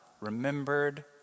remembered